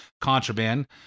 contraband